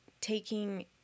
taking